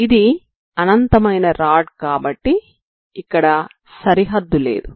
ఇది అనంతమైన రాడ్ కాబట్టి ఇక్కడ సరిహద్దు లేదు